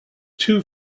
two